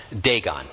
Dagon